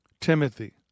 Timothy